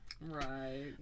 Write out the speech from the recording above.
Right